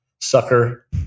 sucker